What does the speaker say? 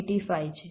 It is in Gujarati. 85 છે